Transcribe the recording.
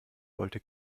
wollte